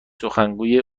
سخنگوی